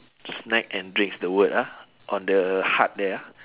snack and drinks the word ah on the hut there ah